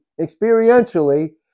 experientially